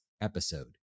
episode